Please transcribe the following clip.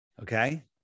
okay